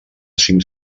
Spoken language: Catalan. cinc